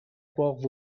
باغ